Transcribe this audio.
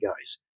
guys